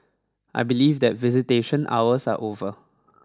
I believe that visitation hours are over